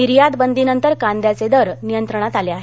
निर्यातबंदीनंतर कांद्याचे दर नियंत्रणात आले आहेत